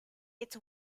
its